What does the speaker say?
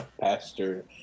pastor